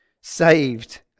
Saved